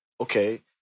okay